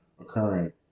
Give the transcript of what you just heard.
occurring